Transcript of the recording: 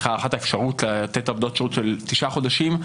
כאחת האפשרויות לתת עבודות שירות של תשעה חודשים,